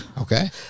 okay